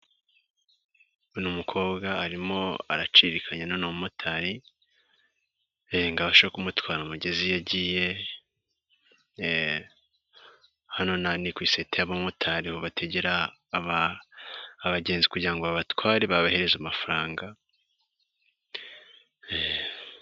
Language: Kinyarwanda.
Uyu mukobwa arimo araciririkanya n'uno mumotari ngo abasha kumutwara amugeze aho agiye, hano ni ku iseta y'abamotari, bategera abagenzi kugira ngo abatware babaheze amafaranga.